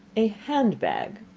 a hand-bag?